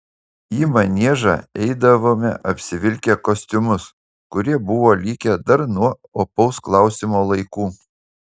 į maniežą eidavome apsivilkę kostiumus kurie buvo likę dar nuo opaus klausimo laikų